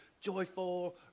joyful